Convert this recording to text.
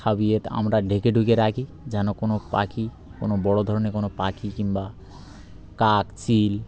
খাবয়ে আমরা ঢেকে ঢুকে রাখি যেন কোনো পাখি কোনো বড়ো ধরনের কোনো পাখি কিংবা কাক চিল